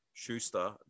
Schuster